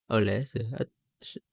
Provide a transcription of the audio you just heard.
oh less err ah should